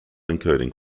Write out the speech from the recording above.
encoding